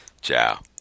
Ciao